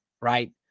right